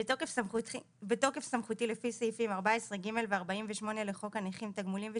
בתוקף סמכותי לפי סעיפים 14/ג' ו-48 לחוק הנכים (תגמולים ושיקום)